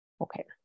okay